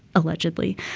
allegedly.